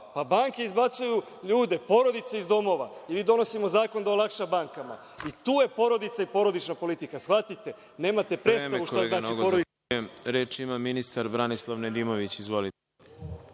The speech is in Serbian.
pa banke izbacuju ljude, porodice iz domova. Mi donosimo zakon da olakša bankama i tu je porodica i porodična politika, shvatite. Nemate predstavu šta znači porodica.